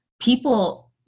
people